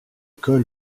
col